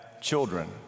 children